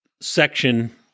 section